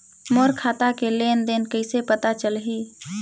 मोर खाता के लेन देन कइसे पता चलही?